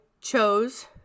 chose